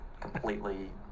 completely